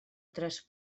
tres